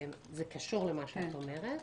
זה קשור למה שאת אומרת,